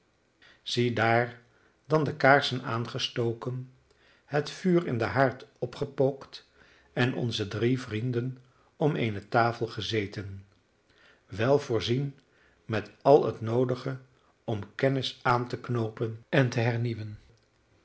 ziedaar dan de kaarsen aangestoken het vuur in den haard opgepookt en onze drie vrienden om eene tafel gezeten wel voorzien met al het noodige om kennis aan te knoopen en te hernieuwen